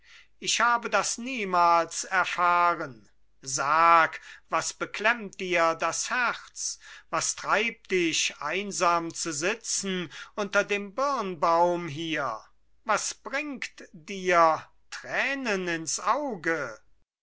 ich habe das niemals erfahren sag was beklemmt dir das herz was treibt dich einsam zu sitzen unter dem birnbaum hier was bringt dir tränen ins auge